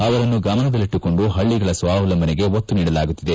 ಅವರನ್ನು ಗಮನದಲ್ಲಿಟ್ಟುಕೊಂಡು ಪಳ್ಳಿಗಳ ಸ್ವಾವಲಂಬನೆಗೆ ಒತ್ತು ನೀಡಲಾಗುತ್ತಿದೆ